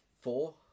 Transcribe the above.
four